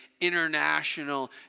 international